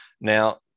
Now